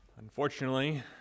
Unfortunately